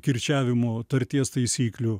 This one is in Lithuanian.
kirčiavimo tarties taisyklių